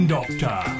Doctor